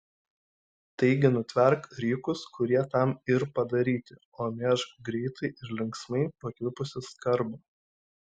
taigi nutverk rykus kurie tam yr padaryti o mėžk greitai ir linksmai pakvipusį skarbą